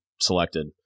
selected